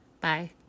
Bye